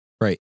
Right